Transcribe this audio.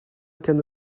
can